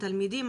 התלמידים,